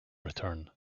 return